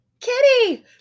Kitty